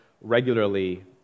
regularly